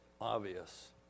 obvious